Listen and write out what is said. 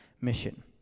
mission